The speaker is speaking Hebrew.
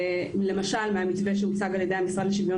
למשל מהמתווה שהוצג על ידי המשרד לשוויון